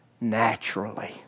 naturally